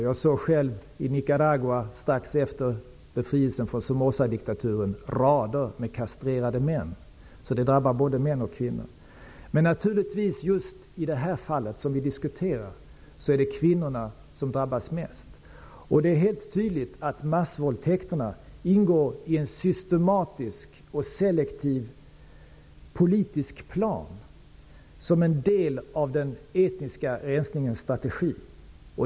Jag såg själv i Nicaragua strax efter befrielsen från Somozadiktaturen rader med kastrerade män. Det drabbar både män och kvinnor. Men i just det fall som vi diskuterar är det naturligtvis kvinnorna som drabbas mest. Det är helt tydligt att massvåldtäkterna ingår i en systematisk och selektiv politisk plan, som en del av den etniska rensningens strategi.